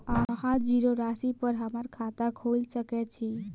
अहाँ जीरो राशि पर हम्मर खाता खोइल सकै छी?